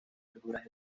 verduras